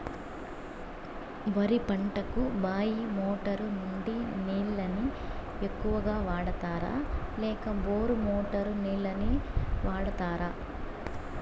వరి పంటకు బాయి మోటారు నుండి నీళ్ళని ఎక్కువగా వాడుతారా లేక బోరు మోటారు నీళ్ళని వాడుతారా?